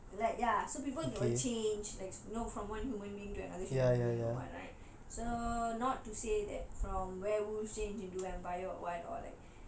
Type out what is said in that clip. like ya so people will change like you know from one human being to another human being or [what] right so not to say from werewolf change into vampire or [what]